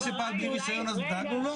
מי שפעל בלי רישיון אז דואגים לו?